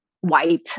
white